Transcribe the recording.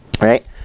Right